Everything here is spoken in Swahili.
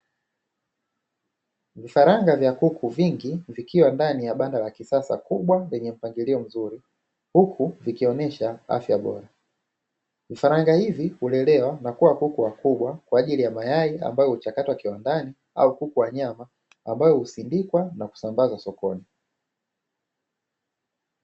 Vifaranga vya kuku vingi vikiwa ndani ya banda la kisasa kubwa, lenye mpangilio mzuri, huku vikionesha afya bora. Vifaranga hivi hulelewa na kuwa kuku wakubwa kwa ajili ya mayai ambayo huchakatwa kiwandani au kuku wa nyama, ambao husindikwa na kusambazwa sokoni.